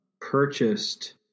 purchased